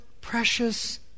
precious